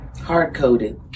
Hard-coded